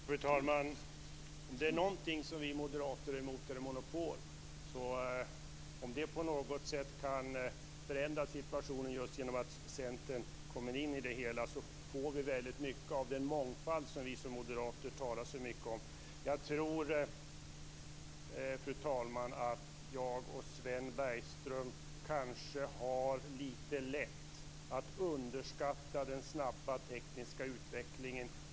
Fru talman! Är det någonting vi moderater är emot så är det monopol. Om det på något sätt kan förändra situationen att Centern kommer in i det hela så får vi väldigt mycket av den mångfald som vi moderater talar så mycket om. Jag tror, fru talman, att jag och Sven Bergström kanske har lite lätt att underskatta den snabba tekniska utvecklingen.